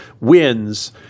wins